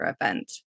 event